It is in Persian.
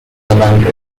روند